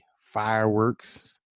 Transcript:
fireworks